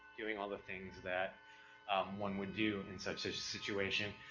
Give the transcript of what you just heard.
doing all the things that um one would do in such a situation.